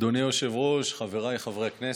אדוני היושב-ראש, חבריי חברי הכנסת,